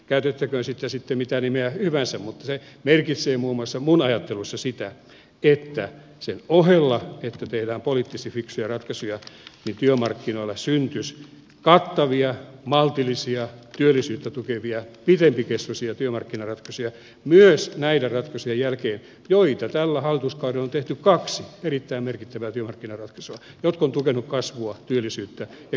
käytettäköön siitä sitten mitä nimeä hyvänsä mutta se merkitsee minun ajattelussani muun muassa sitä että sen ohella että tehdään poliittisesti fiksuja ratkaisuja työmarkkinoilla syntyisi kattavia maltillisia työllisyyttä tukevia pidempikestoisia työmarkkinaratkaisuja myös näiden ratkaisujen jälkeen joita tällä hallituskaudella on tehty kaksi kaksi erittäin merkittävää työmarkkinaratkaisua jotka ovat tukeneet kasvua työllisyyttä ja kilpailukykyä